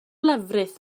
lefrith